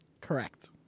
Correct